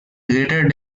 greater